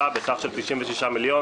אלף שקל.